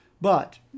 But